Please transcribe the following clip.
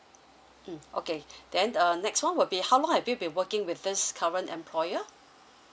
mm okay then uh next one will be how long have you been working with this current employer